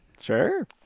Sure